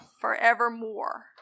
forevermore